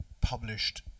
published